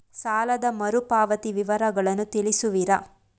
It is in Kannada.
ಸಾಲದ ಮರುಪಾವತಿ ವಿವರಗಳನ್ನು ತಿಳಿಸುವಿರಾ?